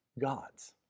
God's